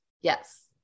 Yes